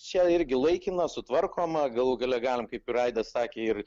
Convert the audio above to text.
čia irgi laikina sutvarkoma galų gale galim kaip ir aidas sakė ir